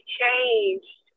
changed